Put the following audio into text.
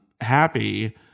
Happy